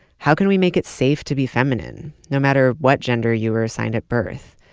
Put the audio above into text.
how can we make it safe to be feminine, no matter what gender you were assigned at birth?